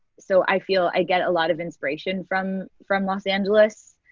so i feel i get a lot of inspiration from from los angeles.